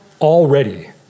already